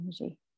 energy